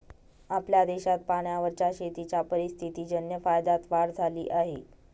आपल्या देशात पाण्यावरच्या शेतीच्या परिस्थितीजन्य फायद्यात वाढ झाली आहे